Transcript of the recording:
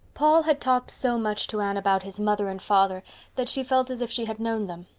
paul had talked so much to anne about his mother and father that she felt as if she had known them.